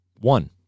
one